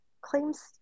claims